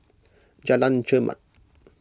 Jalan Chermat